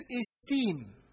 esteem